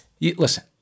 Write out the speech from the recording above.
Listen